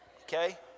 Okay